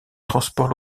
transport